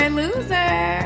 loser